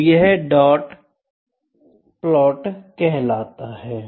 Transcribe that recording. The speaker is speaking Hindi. तो यह डॉट प्लॉट है